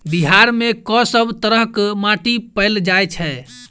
बिहार मे कऽ सब तरहक माटि पैल जाय छै?